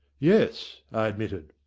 yes, i admitted.